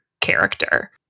character